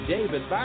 David